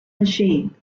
machine